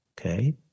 Okay